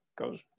goes